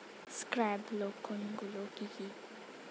Scab লক্ষণ গুলো কি কি?